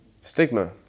stigma